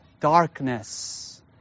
darkness